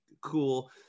cool